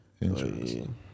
Interesting